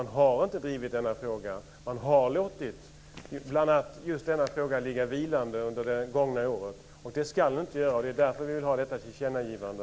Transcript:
Man har inte drivit denna fråga, utan man har låtit den vara vilande under det gångna året. Så ska det inte vara, och det är därför som vi vill ha detta tillkännagivande.